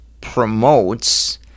promotes